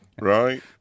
right